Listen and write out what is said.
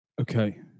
okay